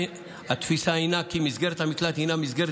התפיסה היא כי מסגרת המקלט היא מסגרת